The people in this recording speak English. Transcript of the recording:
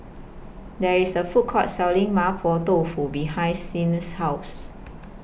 There IS A Food Court Selling Mapo Dofu behind Siena's House